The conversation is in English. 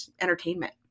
entertainment